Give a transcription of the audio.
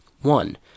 One